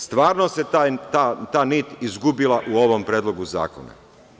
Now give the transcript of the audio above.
Stvarno se ta nit izgubila u ovom Predlogu zakona.